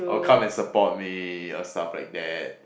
or come and support me or stuff like that